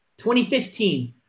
2015